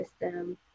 system